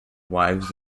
wives